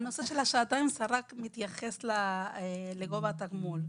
הנוסח של השעתיים רק מתייחס לגובה התגמול.